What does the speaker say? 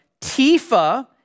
Tifa